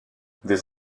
des